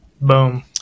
Boom